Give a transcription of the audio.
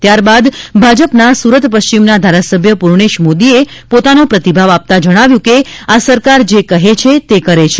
ત્યારબાદ ભાજપના સુરત પશ્ચિમના ધારાસભ્ય પૂર્ણેશ મોદીએ પોતાનો પ્રતિભાવ આપતા જણાવ્યું હતું કે આ સરકાર જે કહે છે તે કરે છે